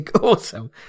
awesome